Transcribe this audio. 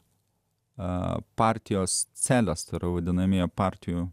a partijos celės paraudę namie partijų